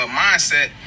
mindset